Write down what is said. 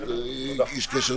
הישיבה